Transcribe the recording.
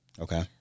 Okay